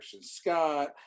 Scott